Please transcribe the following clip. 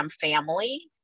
family